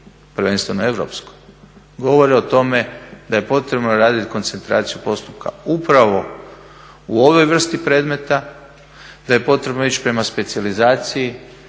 prvenstveno europskoj govore o tome da je potrebno raditi koncentraciju postupka upravo u ovoj vrsti predmeta, da je potrebno ići prema specijalizaciji,